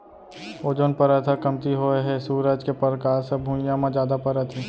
ozone परत ह कमती होए हे सूरज के परकास ह भुइयाँ म जादा परत हे